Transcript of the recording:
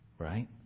Right